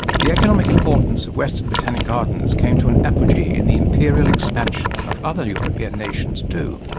the economic importance of western botanic gardens came to an apogee in the imperial expansion of other european nations too.